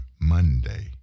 Monday